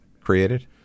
created